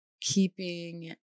keeping